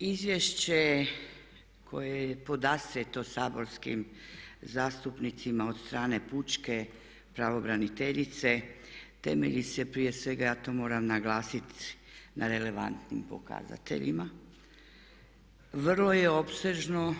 Izvješće koje je podastrijeto saborskim zastupnicima od strane pučke pravobraniteljice temelji se prije svega ja to moram naglasiti na relevantnim pokazateljima, vrlo je opsežno,